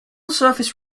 surface